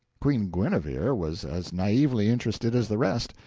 queen guenever was as naively interested as the rest,